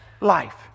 life